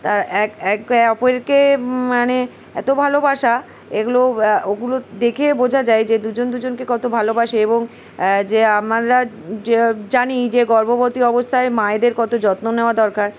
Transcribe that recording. তার এক অপরকে মানে এত ভালোবাসা এগুলো ওগুলো দেখে বোঝা যায় যে দুজন দুজনকে কত ভালোবাসে এবং যে আমরা জানি যে গর্ভবতী অবস্থায় মায়েদের কত যত্ন নেওয়া দরকার